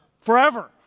forever